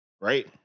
right